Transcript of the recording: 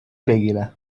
بگیرم